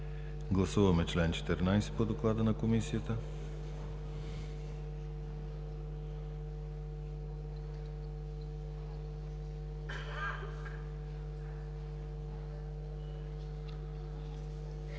Гласуваме чл. 68 по Доклада на Комисията.